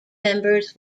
members